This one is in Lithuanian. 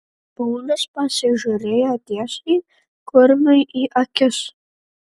paulius pasižiūrėjo tiesiai kurmiui į akis